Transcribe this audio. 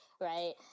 right